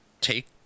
take